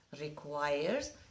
requires